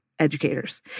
educators